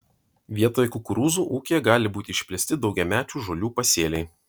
vietoje kukurūzų ūkyje gali būti išplėsti daugiamečių žolių pasėliai